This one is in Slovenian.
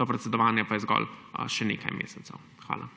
do predsedovanja pa je zgolj še nekaj mesecev. Hvala.